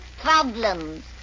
problems